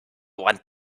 one